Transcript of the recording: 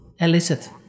elicit